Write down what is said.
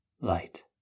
light